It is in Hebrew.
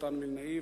מתן וילנאי,